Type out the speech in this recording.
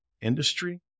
industry